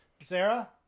Sarah